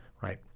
Right